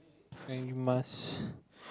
and you must